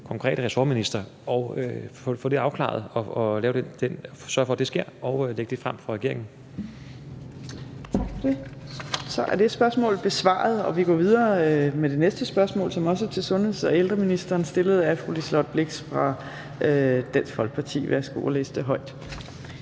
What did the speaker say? konkrete ressortminister at få det afklaret, sørge for, at det sker, og lægge det frem for regeringen. Kl. 15:52 Fjerde næstformand (Trine Torp): Tak for det. Så er det spørgsmål besvaret. Vi går videre med det næste spørgsmål, som også er til sundheds- og ældreministeren stillet af fru Liselott Blixt fra Dansk Folkeparti. Kl. 15:52 Spm.